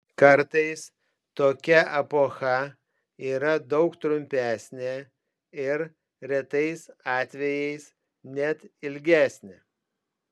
kartais tokia epocha yra daug trumpesnė ir retais atvejais net ilgesnė